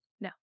No